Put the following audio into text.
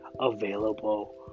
available